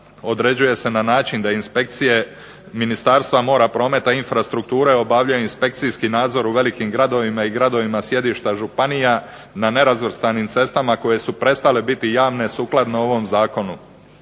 određuje se na način da inspekcije Ministarstva mora, prometa i infrastrukture obavljaju inspekcijski nadzor u velikim gradovima i gradovima sjedišta županija na nerazvrstanim cestama koje su prestale biti javne sukladno ovom zakonu.